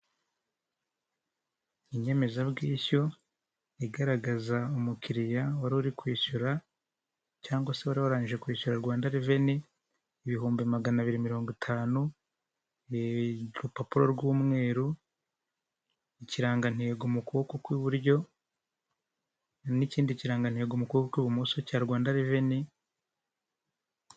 Inyemezabwishyu igaragaza umukiriya wari uri kwishyura cyangwa se wari warangije kwishyura Rwanda reveni ibihumbi magana abiri mirongo itanu, urupapuro rw'umweru ikirangantego mu kuboko kw'iburyo, n'ikindi kirangantego m'ukuboko kw'ibumoso cya Rwanda reveni.